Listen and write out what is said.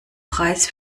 preis